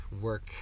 work